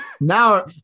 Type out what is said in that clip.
now